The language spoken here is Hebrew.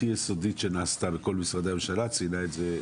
ד"ר תהילה שחר שהעבודה הכי יסודית שנעשתה בכל משרדי הממשלה היא במשרד